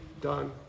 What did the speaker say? done